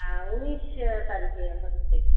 হ্যাঁ উনিশ তারিখে হচ্ছে